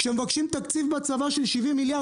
כשמבקשים תקציב בצבא של 70 מיליארד,